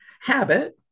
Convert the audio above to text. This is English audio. habit